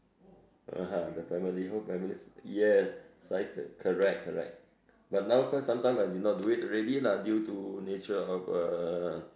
(uh huh) the family whole family yes cycle correct correct but now quite sometime I did not do already lah due to nature of uh